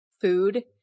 food